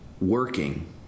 working